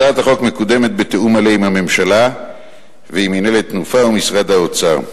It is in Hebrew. הצעת החוק מקודמת בתיאום מלא עם הממשלה ועם מינהלת "תנופה" ומשרד האוצר.